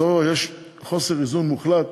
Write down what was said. יש חוסר איזון מוחלט